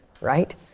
right